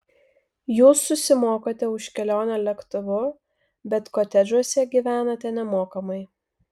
jūs susimokate už kelionę lėktuvu bet kotedžuose gyvenate nemokamai